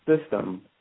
system